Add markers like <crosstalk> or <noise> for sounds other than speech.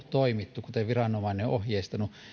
<unintelligible> toimittu kuten viranomainen on ohjeistanut